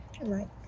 Right